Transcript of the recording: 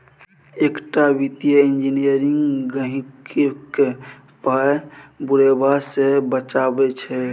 एकटा वित्तीय इंजीनियर गहिंकीक पाय बुरेबा सँ बचाबै छै